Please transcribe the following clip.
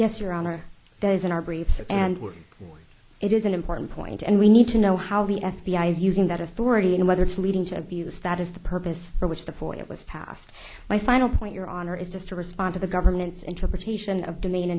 yes your honor that is in our briefs and work it is an important point and we need to know how the f b i is using that authority and whether it's leading to abuse that is the purpose for which the point was passed my final point your honor is just to respond to the government's interpretation of demand